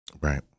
Right